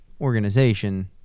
organization